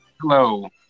Hello